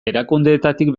erakundeetatik